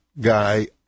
guy